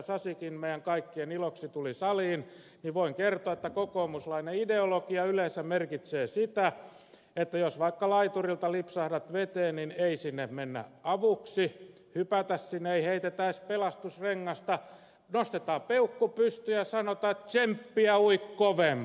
sasikin meidän kaikkien iloksi tuli saliin niin voin kertoa että kokoomuslainen ideologia yleensä merkitsee sitä että jos vaikka laiturilta lipsahdat veteen niin ei sinne mennä avuksi hypätä sinne ei heitetä edes pelastusrengasta vaan nostetaan peukku pystyyn ja sanotaan että tsemppiä ui kovempaa